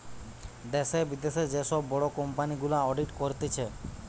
দ্যাশে, বিদ্যাশে যে সব বড় কোম্পানি গুলা অডিট করতিছে